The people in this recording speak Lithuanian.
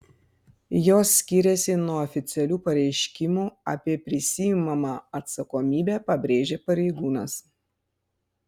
jos skiriasi nuo oficialių pareiškimų apie prisiimamą atsakomybę pabrėžė pareigūnas